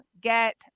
get